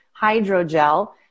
hydrogel